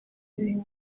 bintu